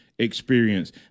experience